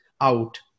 out